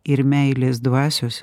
ir meilės dvasios